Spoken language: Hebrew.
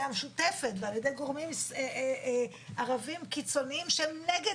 המשותפת ועל ידי גורמים ערביים קיצוניים שהם נגד